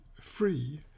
free